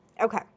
Okay